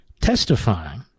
testifying